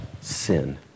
sin